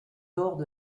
lors